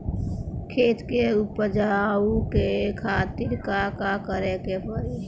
खेत के उपजाऊ के खातीर का का करेके परी?